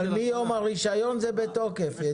מיום הרישיון זה בתוקף כיבוא,